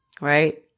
Right